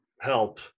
help